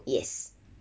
yes